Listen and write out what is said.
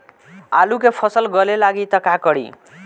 आलू के फ़सल गले लागी त का करी?